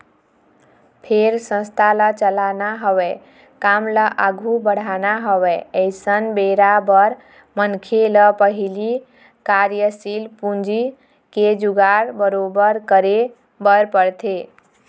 फेर संस्था ल चलाना हवय काम ल आघू बढ़ाना हवय अइसन बेरा बर मनखे ल पहिली कार्यसील पूंजी के जुगाड़ बरोबर करे बर परथे